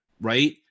right